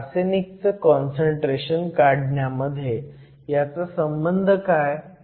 तर आर्सेनिकचं काँसंट्रेशन काढण्यामध्ये ह्याचा संबंध काय